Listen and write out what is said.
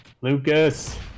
Lucas